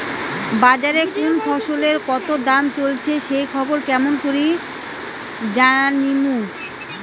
বাজারে কুন ফসলের কতো দাম চলেসে সেই খবর কেমন করি জানীমু?